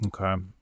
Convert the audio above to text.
Okay